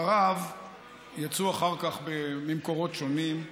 דבריו יצאו אחר כך ממקורות שונים,